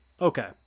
Okay